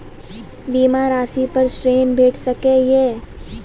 बीमा रासि पर ॠण भेट सकै ये?